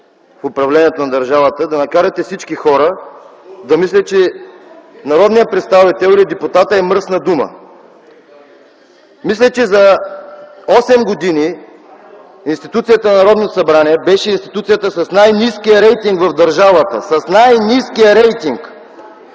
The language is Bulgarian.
в управлението на държавата, да накарате всички хора да мислят, че народният представител или депутатът е мръсна дума. Мисля, че за осем години институцията Народно събрание беше институцията с най-ниския рейтинг в държавата. С най-ниския рейтинг!